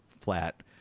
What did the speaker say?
flat